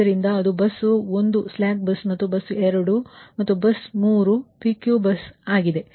ಆದ್ದರಿಂದ ಅದು bus 1 slack bus ಮತ್ತು ಬಸ್ 2 ಮತ್ತು ಬಸ್ 3 PQ ಬಸ್ ಆಗಿದೆ